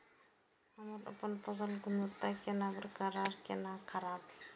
हम अपन फसल गुणवत्ता केना बरकरार केना राखब?